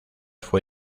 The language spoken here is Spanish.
fue